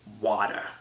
water